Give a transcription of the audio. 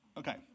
Okay